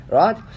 right